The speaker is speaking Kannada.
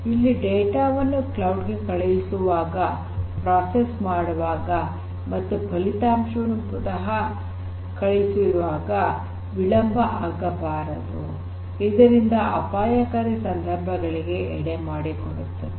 ಇಲ್ಲಿ ಡೇಟಾ ವನ್ನು ಕ್ಲೌಡ್ ಗೆ ಕಳುಹಿಸುವಾಗ ಪ್ರೋಸೆಸ್ ಮಾಡುವಾಗ ಮತ್ತು ಫಲಿತಾಂಶವನ್ನು ಪುನಃ ಕಳುಹಿಸುವಾಗ ವಿಳಂಬ ಆಗಬಾರದು ಇದು ಅಪಾಯಕಾರಿ ಸಂದರ್ಭಗಳಿಗೆ ಎಡೆ ಮಾಡಿಕೊಡುತ್ತದೆ